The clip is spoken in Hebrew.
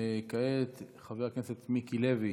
כעת חבר הכנסת מיקי לוי